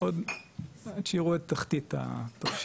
יש